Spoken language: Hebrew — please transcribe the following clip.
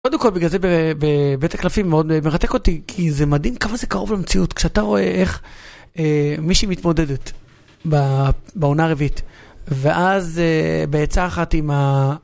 קודם כל בגלל זה בבית הקלפים מאוד מרתק אותי כי זה מדהים כמה זה קרוב למציאות כשאתה רואה איך מישהי מתמודדת בעונה רביעית ואז בעצה אחת עם ה...